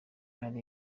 hari